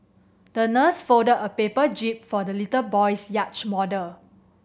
the nurse folded a paper jib for the little boy's yacht model